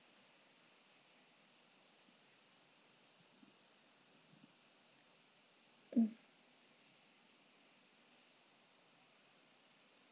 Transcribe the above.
mm